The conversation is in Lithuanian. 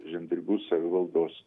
žemdirbių savivaldos